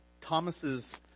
Thomas's